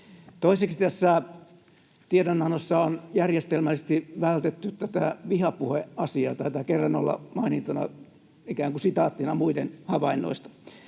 Toiseksi tässä tiedonannossa on järjestelmällisesti vältetty tätä vihapuheasiaa — taitaa kerran olla mainintana, ikään kuin sitaattina muiden havainnoista